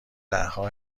دهها